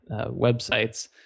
websites